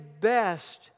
best